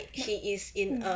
yup mm